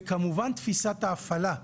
וכמובן, תפיסת ההפעלה.